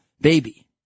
baby